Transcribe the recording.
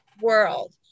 world